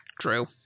True